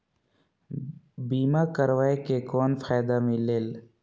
बीमा करवाय के कौन फाइदा मिलेल?